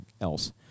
else